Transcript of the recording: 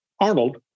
Arnold